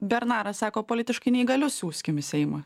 bernaras sako politiškai neįgalius siųskim į seimą